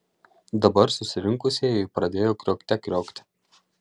dabar susirinkusieji pradėjo kriokte kriokti